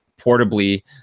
portably